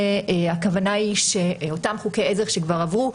שהכוונה היא שאותם חוקי עזר שכבר עברו,